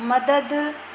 मदद